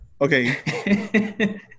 okay